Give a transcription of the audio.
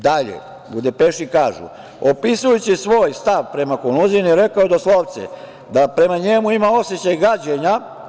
Dalje, u depeši kažu – opisujući svoj stav prema Konuzinu je rekao doslovce da prema njemu ima osećaj gađenja.